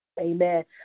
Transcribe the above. amen